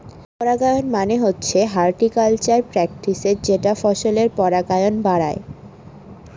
পরাগায়ন ব্যবস্থা মানে হচ্ছে হর্টিকালচারাল প্র্যাকটিসের যেটা ফসলের পরাগায়ন বাড়ায়